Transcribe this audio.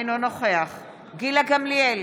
אינו נוכח גילה גמליאל,